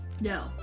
No